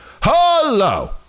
Hello